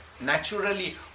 naturally